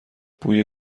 بوی